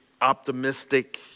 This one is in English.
optimistic